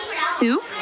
Soup